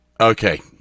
okay